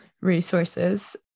resources